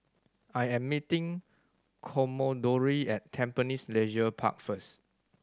I am meeting Commodore at Tampines Leisure Park first